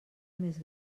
més